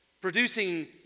producing